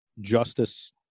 justice